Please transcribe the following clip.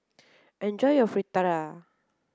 enjoy your Fritada